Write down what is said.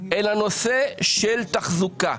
אלא נושא של תחזוקה.